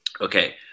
Okay